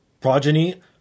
Progeny